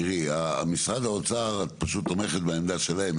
תראי, משרד האוצר, את פשוט תומכת בעמדה שלהם.